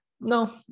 No